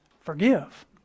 forgive